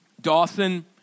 Dawson